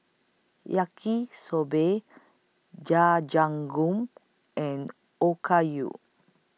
Yaki Soba Jajangmyeon and Okayu